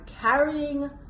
carrying